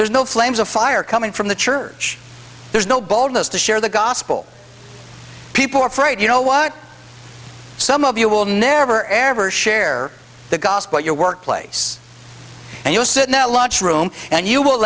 there's no flames of fire coming from the church there's no boldness to share the gospel people are afraid you know what some of you will never ever share the gospel at your workplace and you'll sit now at lunch room and you will